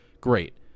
Great